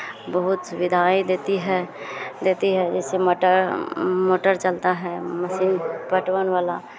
बहुत सुविधाएँ देती है देती है जैसे मोटर मोटर चलता है मशीन पटवन वाला